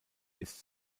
ist